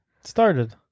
started